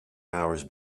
hours